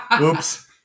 oops